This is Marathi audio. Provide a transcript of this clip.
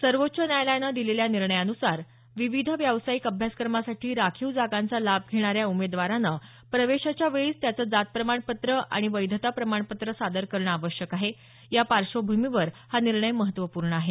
सर्वोच्व न्यायालयानं दिलेल्या निर्णयानुसार विविध व्यावसायिक अभ्यासक्रमासाठी राखीव जागांचा लाभ घेणाऱ्या उमेदवारानं प्रवेशाच्या वेळीच त्याचं जात प्रमाणपत्र आणि वैधता प्रमाणपत्र सादर करणं आवश्यक आहे या पार्श्वभूमीवर हा निर्णय महत्त्वपूर्ण आहे